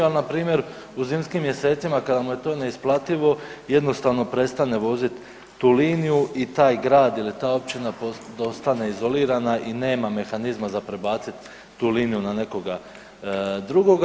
Ali npr. u zimskim mjesecima kada mu je to neisplativo jednostavno prestane voziti tu liniju i taj grad ili ta općina ostane izolirana i nema mehanizma za prebaciti tu liniju na nekoga drugoga.